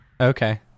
Okay